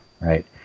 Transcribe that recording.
right